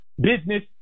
business